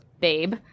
babe